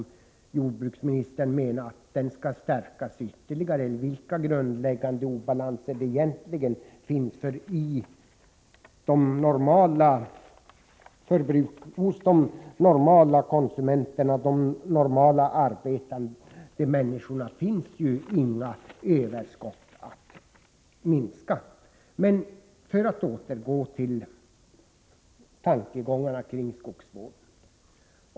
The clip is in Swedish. Menar jordbruksministern att den överlikviditeten skall stärkas ytterligare? Vilka grundläggande obalanser finns det egentligen? Bland de normala arbetande människorna finns det ju inget överskott att minska. Jag återgår till resonemanget om skogsvården.